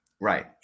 Right